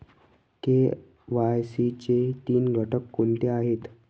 KYC चे तीन घटक कोणते आहेत?